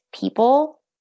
people